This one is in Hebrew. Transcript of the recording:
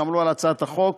שעמלו על הצעת החוק,